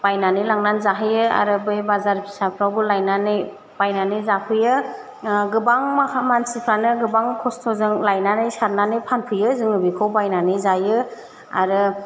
बायनानै लांनानै जाहैयो आरो बै बाजार फिसाफ्रावबो लायनानै बायनानै जाफैयो गोबां माखा मानसिफ्रानो गोबां खस्थ'जों लायनानै सारनानै फानफैयो जोङो बेखौ बायनानै जायो आरो